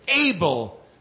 able